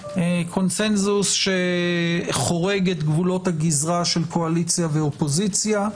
קונצנזוס שחורג את גבולות הגזרה של קואליציה ואופוזיציה.